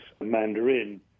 Mandarin